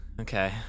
Okay